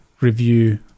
review